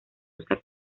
usa